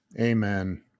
amen